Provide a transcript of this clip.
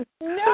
No